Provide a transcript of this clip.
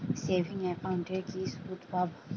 Savings একাউন্টে কি সুদ পাব?